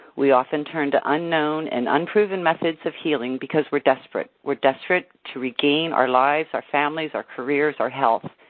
we often turn to unknown and unproven methods of healing because we're desperate. we're desperate to regain our lives, our families, our careers, our health.